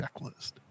checklist